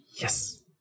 yes